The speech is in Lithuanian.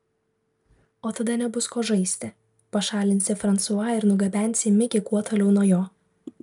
o tada nebus ko žaisti pašalinsi fransua ir nugabensi mikį kuo toliau nuo jo